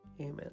Amen